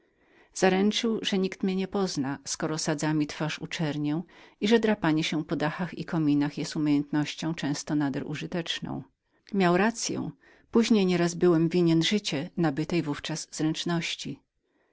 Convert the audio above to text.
zaręczył że nikt mnie nie pozna skoro sadzami twarz uczernię i że drapanie się po dachach i kominach było nauką często nader użyteczną później nieraz byłem winien życie nabytej w ówczas zręczności